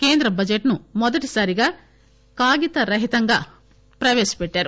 కేంద్ర బడ్జెట్ ను మొదటిసారిగా కాగిత రహితంగా ప్రవేశపెడుతున్నారు